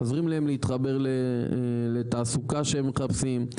עוזרים להם להתחבר לתעסוקה שהם מחפשים.